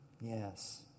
Yes